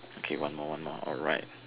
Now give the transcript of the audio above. okay one more one more alright